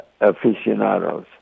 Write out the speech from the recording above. aficionados